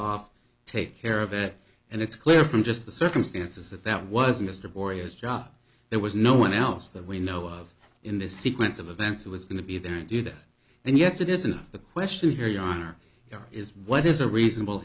off take care of it and it's clear from just the circumstances that that was mr boreas job there was no one else that we know of in this sequence of events who was going to be there to do that and yes it isn't the question here your honor is what is a reasonable